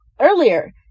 earlier